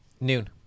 Noon